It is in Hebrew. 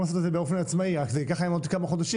לעשות את זה באופן עצמאי רק שזה ייקח להם עוד כמה חודשים,